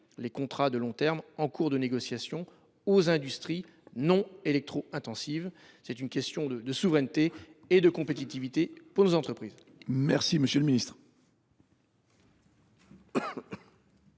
les contrats de long terme en cours de négociation aux industries non électro intensives. C’est une question de souveraineté et de compétitivité pour nos entreprises. La parole est à M. le ministre.